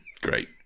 great